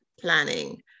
planning